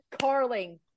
Carling